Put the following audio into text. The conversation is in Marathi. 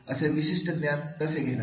तुम्ही असं विशिष्ट ज्ञान कसे घेणार